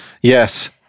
Yes